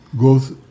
goes